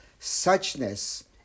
suchness